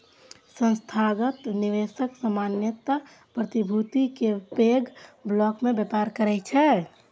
संस्थागत निवेशक सामान्यतः प्रतिभूति के पैघ ब्लॉक मे व्यापार करै छै